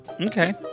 Okay